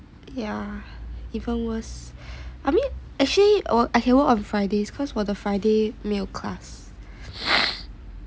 ya even worse I mean actually I can work on fridays cause 我的 friday 没有 class